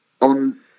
on